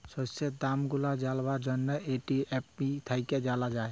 শস্যের দাম গুলা জালবার জ্যনহে এম.এস.পি থ্যাইকে জালা যায়